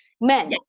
men